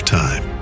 time